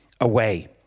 away